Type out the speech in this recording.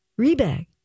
Rebag